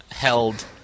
held